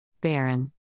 Baron